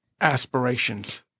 aspirations